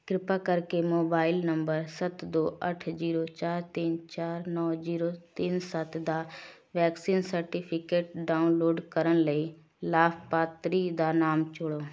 ਕਿਰਪਾ ਕਰਕੇ mobile number ਸੱਤ ਦੋ ਅੱਠ ਜੀਰੋ ਚਾਰ ਤਿੰਨ ਚਾਰ ਨੋ ਜੀਰੋ ਤਿੰਨ ਸੱਤ ਦਾ ਵੈਕਸੀਨ ਸਰਟੀਫਿਕੇਟ ਡਾਊਨਲੋਡ ਕਰਨ ਲਈ ਲਾਭਪਾਤਰੀ ਦਾ ਨਾਮ ਚੁਣੋ